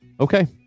Okay